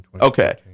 Okay